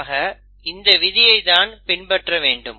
ஆக இந்த விதியை தான் பின்பற்ற வேண்டும்